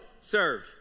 Serve